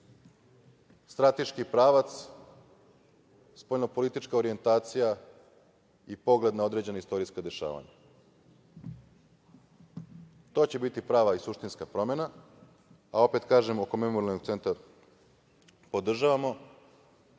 strateški pravac, spoljnopolitička orijentacija i pogled na određena istorijska dešavanja. To će biti prava i suštinska promena. Opet kažem, oko memorijalnog centra, podržavamo,